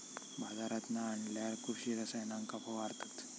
बाजारांतना आणल्यार कृषि रसायनांका फवारतत